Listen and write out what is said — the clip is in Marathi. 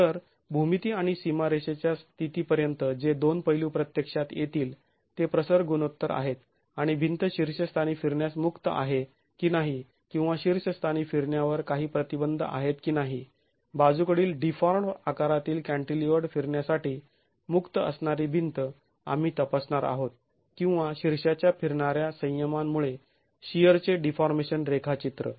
तर भूमिती आणि सीमारेषेच्या स्थितीपर्यंत जे दोन पैलू प्रत्यक्षात येतील ते प्रसर गुणोत्तर आहेत आणि भिंत शीर्षस्थानी फिरण्यास मुक्त आहे की नाही किंवा शीर्षस्थानी फिरण्यावर काही प्रतिबंध आहेत की नाही बाजूकडील डीफाॅर्म्ड् आकारातील कॅंटीलिव्हर्ड फिरण्यासाठी मुक्त असणारी भिंत आम्ही तपासणार आहोत किंवा शीर्षाच्या फिरणाऱ्या संयमांमुळे शिअरचे डीफॉर्मेशन रेखाचित्र